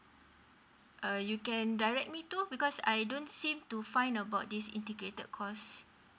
uh you can direct me to because I don't seem to find about this integrated course